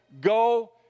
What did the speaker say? go